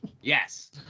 yes